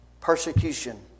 persecution